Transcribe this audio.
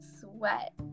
sweat